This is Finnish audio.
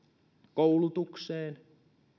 koulutukseen